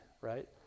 right